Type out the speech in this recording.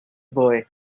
boy